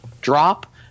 drop